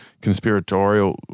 conspiratorial